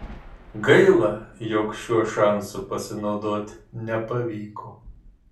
gaila jog šiuo šansu pasinaudoti nepavyko